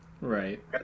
Right